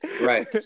Right